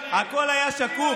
הכול היה שקוף.